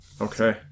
Okay